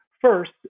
first